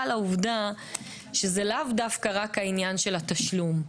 לעובדה שזה לאו דווקא רק עניין התשלום.